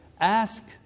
ask